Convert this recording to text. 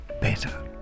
better